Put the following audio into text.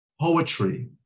poetry